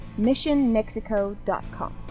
MissionMexico.com